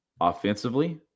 offensively